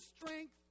strength